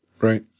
Right